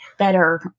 better